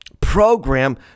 program